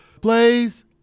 plays